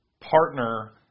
partner